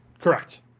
Correct